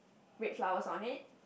red flowers on it